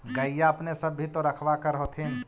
गईया अपने सब भी तो रखबा कर होत्थिन?